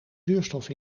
zuurstof